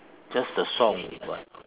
just the song but